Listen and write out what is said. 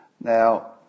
Now